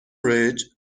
ridge